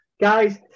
Guys